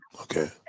okay